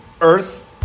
Earth